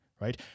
right